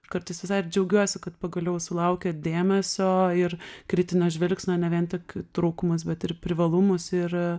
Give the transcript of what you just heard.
kartais visai ir džiaugiuosi kad pagaliau sulaukė dėmesio ir kritinio žvilgsnio ne vien tik trūkumus bet ir privalumus ir